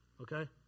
Okay